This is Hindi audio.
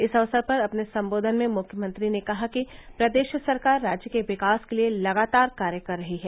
इस अवसर पर अपने संबोधन में मुख्यमंत्री ने कहा कि प्रदेश सरकार राज्य के विकास के लिए लगातार कार्य कर रही है